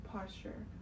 Posture